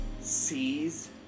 Sees